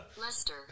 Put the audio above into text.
Leicester